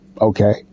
okay